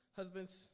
husbands